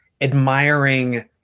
admiring